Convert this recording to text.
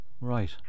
Right